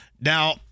Now